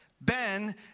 Ben